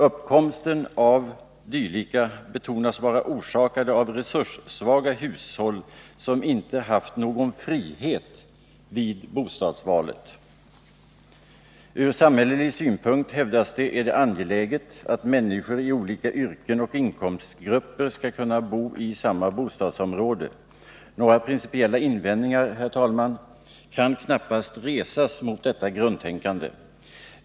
Uppkomsten av dylika betonas vara orsakade av resurssvaga hushåll, som inte haft någon frihet vid bostadsvalet. Ur samhällelig synpunkt, hävdas det, är det angeläget att människor i olika yrken och inkomstgrupper skall kunna bo i samma bostadsområde. Några principiella invändningar, herr talman, kan knappast resas mot detta grundtänkande.